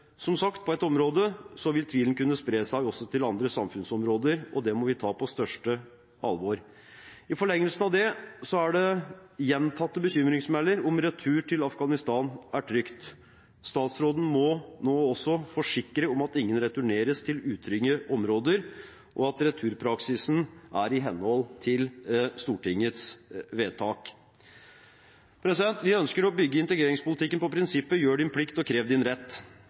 på ett område, vil tvilen kunne spre seg også til andre samfunnsområder. Det må vi ta på største alvor. I forlengelsen av det: Det er gjentatte bekymringsmeldinger om hvorvidt retur til Afghanistan er trygt. Statsråden må forsikre om at ingen returneres til utrygge områder, og at returpraksisen er i henhold til Stortingets vedtak. Vi ønsker å bygge integreringspolitikken på prinsippet «Gjør din plikt og krev din rett».